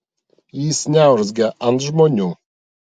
jis neurzgia ant žmonių